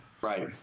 Right